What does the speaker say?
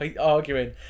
arguing